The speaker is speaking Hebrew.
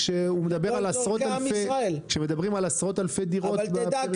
מדברים על עשרות אלפי דירות בפריפריה וכדאי לזכור זאת.